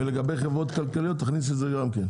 ולגבי חברות כלכליות תכניסי את זה גם.